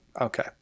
Okay